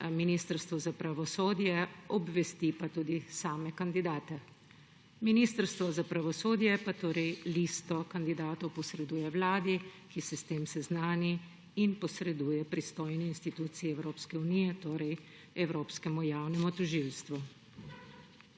Ministrstvu za pravosodje, obvesti pa tudi same kandidate. Ministrstvo za pravosodje pa listo kandidatov posreduje Vladi, ki se s tem seznani in posreduje pristojni instituciji Evropske unije, torej Evropskemu javnemu tožilstvu.